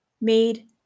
made